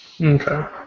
Okay